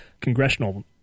congressional